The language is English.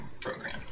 program